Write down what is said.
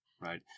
right